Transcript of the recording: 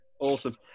Awesome